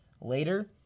later